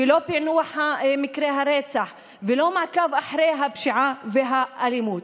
לא בפענוח מקרי הרצח ולא במעקב אחרי הפשיעה והאלימות?